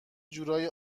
جورایی